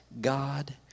God